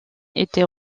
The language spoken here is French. était